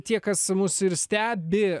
tie kas mus ir stebi